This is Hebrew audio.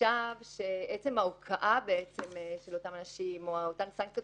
חשב שעצם ההוקעה של אותם אנשים או אותן סנקציות